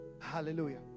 Hallelujah